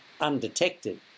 undetected